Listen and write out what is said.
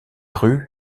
rue